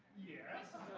yes.